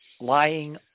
lying